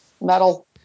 Metal